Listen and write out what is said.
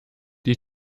die